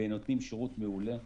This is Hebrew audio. ונותנים שירות מעולה,